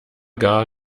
gar